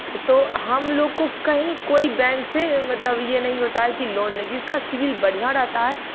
तो हम लोग को कहीं कोई बैंक से मतलब ये नहीं होता है कि लोन नहीं जिसका सिविल बढ़ियाँ रहता है